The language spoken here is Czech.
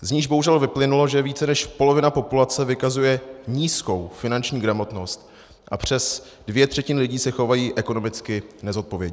z níž bohužel vyplynulo, že více než polovina populace vykazuje nízkou finanční gramotnost, a přes 2/3 lidí se chovají ekonomicky nezodpovědně.